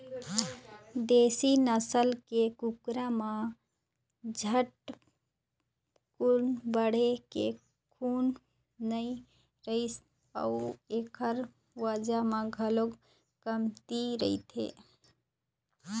देशी नसल के कुकरा म झटकुन बाढ़े के गुन नइ रहय अउ एखर बजन ह घलोक कमती रहिथे